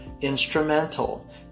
instrumental